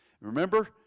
Remember